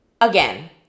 again